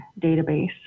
Database